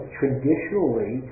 traditionally